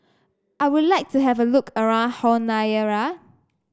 I would like to have a look around Honiara